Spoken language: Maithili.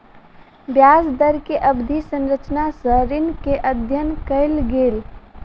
ब्याज दर के अवधि संरचना सॅ ऋण के अध्ययन कयल गेल